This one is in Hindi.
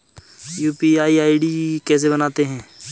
यू.पी.आई आई.डी कैसे बनाते हैं?